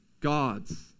God's